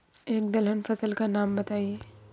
एक दलहन फसल का नाम बताइये